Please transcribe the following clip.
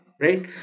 Right